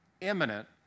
Imminent